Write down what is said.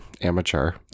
amateur